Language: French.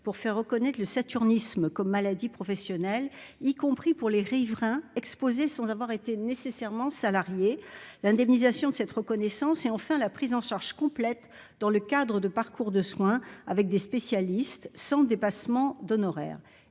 pour faire reconnaître le saturnisme comme maladie professionnelle, y compris pour les riverains exposés sans avoir été nécessairement salariés l'indemnisation de cette reconnaissance, et enfin la prise en charge complète dans le cadre de parcours de soins avec des spécialistes sans dépassement d'honoraires,